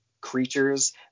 creatures